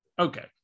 Okay